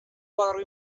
koadro